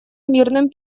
мирным